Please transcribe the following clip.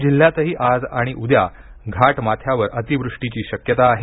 पुणे जिल्ह्यातही आज आणि उद्या घाटमाथ्यावर अतिवृष्टीची शक्यता आहे